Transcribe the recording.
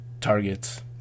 targets